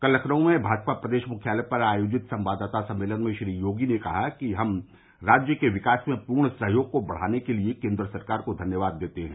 कल लखनऊ में भाजपा प्रदेश मुख्यालय पर आयोजित संवाददाता सम्मेलन में श्री योगी ने कहा कि हम राज्य के विकास में पूर्ण सहयोग को बढ़ाने के लिए केन्द्र सरकार को धन्यवाद देते हैं